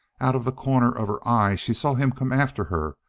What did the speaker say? out of the corner of her eye she saw him come after her,